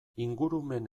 ingurumen